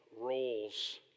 roles